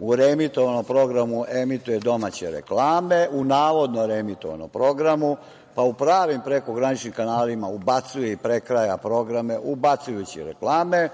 U reemitovanom programu emituje domaće reklame, u navodno reemitovanom programu, pa u pravim prekograničnim kanalima ubacuje i prekraja programe, ubacujući reklame